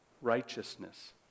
righteousness